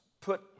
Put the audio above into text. put